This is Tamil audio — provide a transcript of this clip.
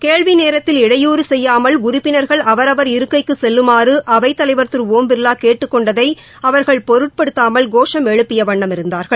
கேள்விநேரத்தில் இடையூறு செய்யாமல் உறுப்பினர்கள் அவரவர் இருக்கைக்கு செல்லுமாறு அவைத்தலைவர் திரு ஒம்பிர்லா கேட்டுக்கொண்டதை அவர்கள் பொருட்படுத்தாமல் கோஷம் எழுப்பியவன்ணம் இருந்தார்கள்